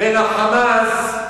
ויש חיסול חשבונות בין ה"חמאס"